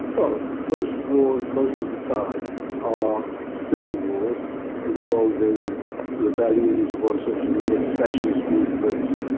well, most wars most of the time are civil wars involving rebellions of one sort or another, secessionist movements,